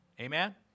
Amen